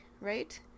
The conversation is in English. right